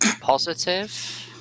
positive